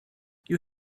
you